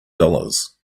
dollars